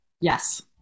Yes